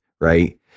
right